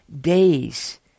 days